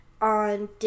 on